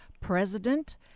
President